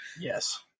yes